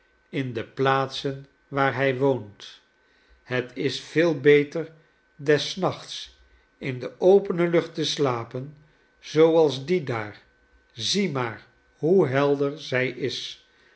in de plaatsen waar hij woont het is veel beter des nachts in de opene lucht te slapen zooals die daar zie maar hoe helder zij is